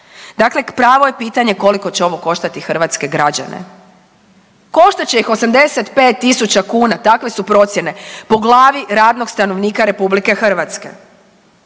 Dakle, pravo je pitanje koliko će ovo koštati hrvatske građane? Koštat će ih 85.000 kuna, takve su procjene po glavi radnog stanovnika RH.